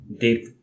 deep